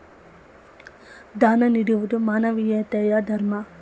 ದಾನ ನೀಡುವುದು ಮಾನವೀಯತೆಯ ಧರ್ಮ